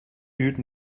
hüten